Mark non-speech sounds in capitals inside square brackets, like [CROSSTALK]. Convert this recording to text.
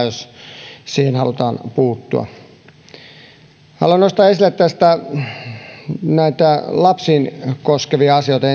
[UNINTELLIGIBLE] jos siihen halutaan puuttua haluan nostaa esille tästä ensimmäisenä näitä lapsia koskevia asioita [UNINTELLIGIBLE]